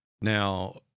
now